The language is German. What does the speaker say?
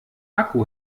akku